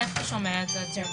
איך הוא שומע את התרגום?